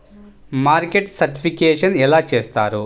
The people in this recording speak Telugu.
మార్కెట్ సర్టిఫికేషన్ ఎలా చేస్తారు?